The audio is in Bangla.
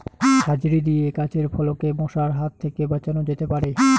ঝাঁঝরি দিয়ে গাছের ফলকে মশার হাত থেকে বাঁচানো যেতে পারে?